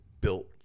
built